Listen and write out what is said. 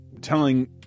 telling